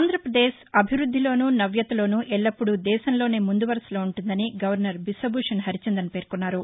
ఆంధ్రాపదేశ్ అభివ్బద్లిలోను నవ్యతలోను ఎల్లప్పుడూ దేశంలోనే ముందువరసలో ఉంటుందని గవర్నర్ బిశ్వభూషణ్ హరిచందన్ పేర్కొన్నారు